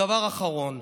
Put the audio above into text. דבר אחרון,